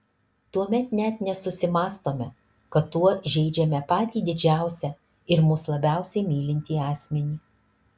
tuomet net nesusimąstome kad tuo žeidžiame patį didžiausią ir mus labiausiai mylintį asmenį